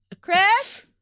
Chris